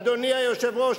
אדוני היושב-ראש,